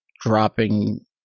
dropping